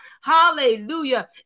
Hallelujah